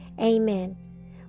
Amen